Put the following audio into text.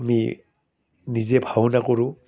আমি নিজে ভাওনা কৰোঁ